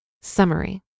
Summary